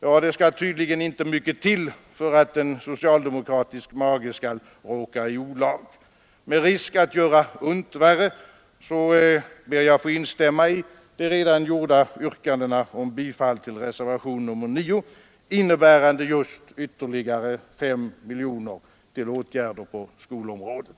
Ja, det skall tydligen inte mycket till för att en socialdemokratisk mage skall råka i olag. Med risk att göra ont värre ber jag att få instämma i de redan gjorda yrkandena om bifall till reservationen 9, innebärande just ytterligare 5 miljoner till åtgärder på skolområdet.